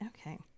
Okay